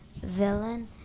Villain